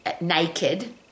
naked